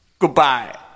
Goodbye